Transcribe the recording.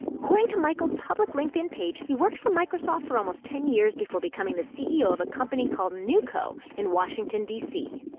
according to michel's public linkedin page, he worked for microsoft for almost ten years before becoming the ceo of a company called newco in washington, d c.